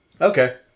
Okay